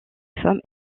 femmes